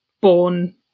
born